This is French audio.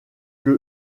que